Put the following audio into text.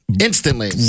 Instantly